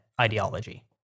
ideology